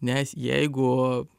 nes jeigu